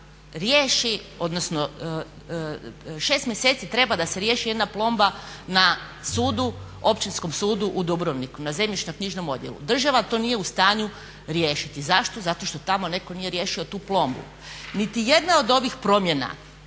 riješi, odnosno 6 mjeseci treba da se riješi jedna plomba na sudu, Općinskom sudu u Dubrovniku, na zemljišno knjižnom odjelu. Država to nije u stanju riješiti. Zašto? Zato što tamo netko nije riješio tu plombu. Niti jedna od ovih promjena